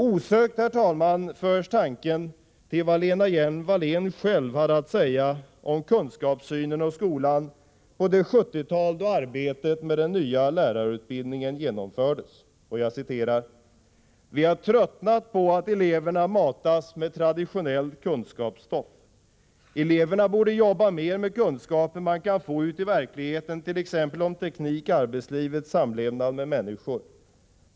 Osökt, herr talman, förs tanken till vad Lena Hjelm-Wallén själv hade att säga om kunskapssynen och skolan på det 1970-tal då arbetet med den nya lärarutbildningen genomfördes: ”Vi har tröttnat på att eleverna matas med traditionellt kunskapsstoff. Eleverna borde jobba mer med kunskaper man kan få ute i verkligheten, t.ex. om teknik, arbetslivet, samlevnad med människor.